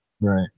right